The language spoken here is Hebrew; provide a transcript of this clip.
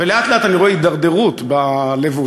ולאט-לאט אני רואה הידרדרות בלבוש,